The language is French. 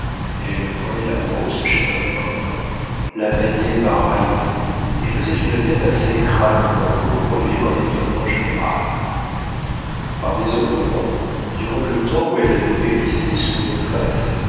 elle prenait la brosse chez un peintre la maniait par raillerie et faisait une tête assez crânement pour produire un étonnement général par désœuvrement durant le temps où elle dépérissait sous maîtresse